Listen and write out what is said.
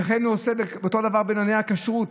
וכך הוא עושה, אותו דבר, בענייני הכשרות: